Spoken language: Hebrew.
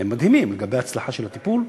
הם מדהימים לגבי ההצלחה של הטיפול,